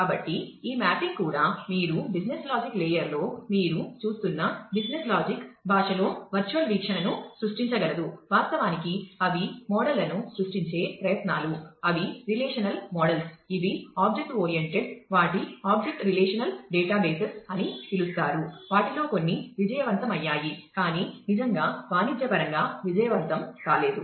కాబట్టి ఈ మ్యాపింగ్ కూడా మీరు బిజినెస్ లాజిక్ లేయర్ లో మీరు చూస్తున్న బిజినెస్ లాజిక్ భాషలో వర్చువల్ అని పిలుస్తారు వాటిలో కొన్ని విజయవంతమయ్యాయి కాని నిజంగా వాణిజ్యపరంగా విజయవంతం కాలేదు